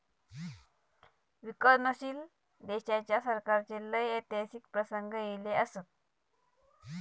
विकसनशील देशाच्या सरकाराचे लय ऐतिहासिक प्रसंग ईले असत